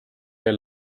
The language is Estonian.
eel